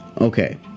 okay